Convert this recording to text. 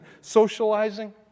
socializing